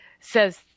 says